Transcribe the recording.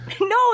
No